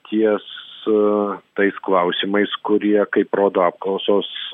ties tais klausimais kurie kaip rodo apklausos